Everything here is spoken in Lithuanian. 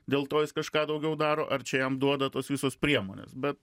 dėl to jis kažką daugiau daro ar čia jam duoda tos visos priemonės bet